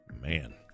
Man